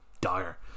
dire